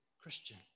Christian